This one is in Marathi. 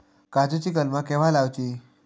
काजुची कलमा केव्हा लावची?